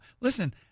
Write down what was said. listen